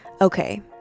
Okay